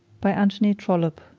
by anthony trollope